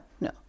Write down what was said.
no